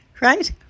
Right